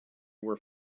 were